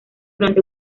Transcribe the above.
durante